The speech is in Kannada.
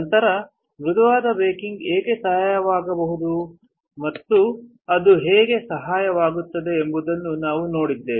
ನಂತರ ಮೃದುವಾದ ಬೇಕಿಂಗ್ ಏಕೆ ಸಹಾಯಕವಾಗಬಹುದು ಮತ್ತು ಅದು ಹೇಗೆ ಸಹಾಯಕವಾಗುತ್ತದೆ ಎಂಬುದನ್ನು ನಾವು ನೋಡಿದ್ದೇವೆ